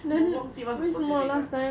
我忘记 what was a specific [one]